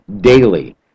daily